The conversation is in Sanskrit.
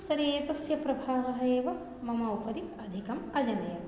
तर्हि एतस्य प्रभावः एव मम उपरि अधिकम् अजनयत्